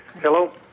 Hello